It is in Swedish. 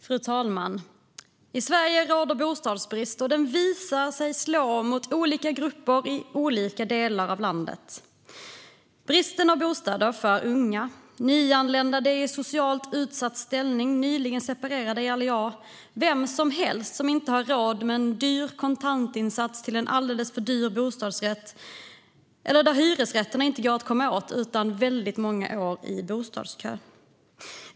Fru talman! I Sverige råder det bostadsbrist, och den visar sig slå mot olika grupper i olika delar av landet. Bristen på bostäder drabbar unga, nyanlända, människor i socialt utsatt ställning, nyligen separerade - ja, vem som helst som inte har råd med en dyr kontantinsats till en alldeles för dyr bostadsrätt. Det gäller även människor i områden där hyresrätterna inte går att komma åt utan att ha stått i bostadskö i väldigt många år.